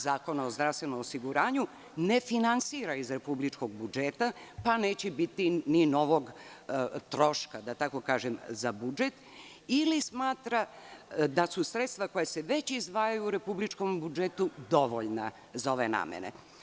Zakona o zdravstvenom osiguranju, ne finansira iz republičkog budžeta, pa neće biti ni novog troška, da tako kažem, za budžet ili smatra da su sredstva koja se već izdvajaju u republičkom budžetu dovoljna za ove namene.